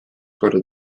korda